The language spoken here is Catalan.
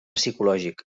psicològic